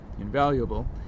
invaluable